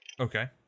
Okay